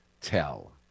tell